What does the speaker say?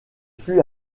fut